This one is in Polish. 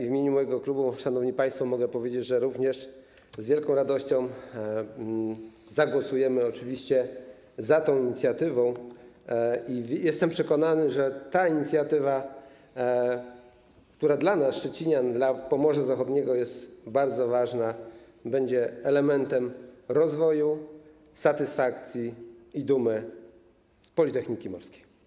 W imieniu mojego klubu, szanowni państwo, mogę powiedzieć, że z wielką radością zagłosujemy za tą inicjatywą i jestem przekonany, że ta inicjatywa, która dla nas, szczecinian, dla Pomorza Zachodniego jest bardzo ważna, będzie elementem rozwoju, satysfakcji i dumy z Politechniki Morskiej.